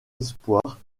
espoirs